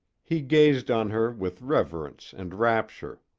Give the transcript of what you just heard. he gazed on her with reverence and rapture.